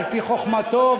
על-פי חוכמתו,